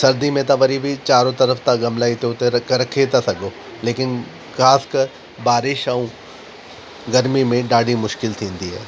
सर्दी में त वरी बि चारों तरफ़ु तव्हां ग़मला हिते हुते रख रखी था सघो लेकिन ख़ासकर बारिश ऐं गर्मी में ॾाढी मुश्किल थींदी आहे